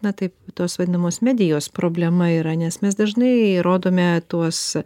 na taip tos vadinamos medijos problema yra nes mes dažnai rodome tuos